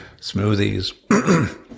smoothies